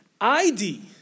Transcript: Id